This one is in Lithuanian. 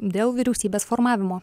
dėl vyriausybės formavimo